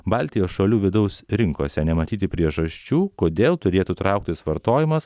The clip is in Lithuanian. baltijos šalių vidaus rinkose nematyti priežasčių kodėl turėtų trauktis vartojimas